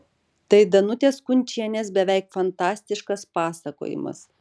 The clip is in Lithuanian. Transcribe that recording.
tai danutės kunčienės beveik fantastiškas pasakojimas